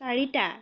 চাৰিটা